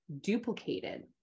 duplicated